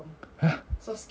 !huh!